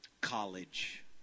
college